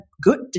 good